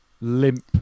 limp